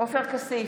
עופר כסיף,